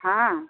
हाँ